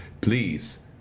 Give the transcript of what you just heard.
please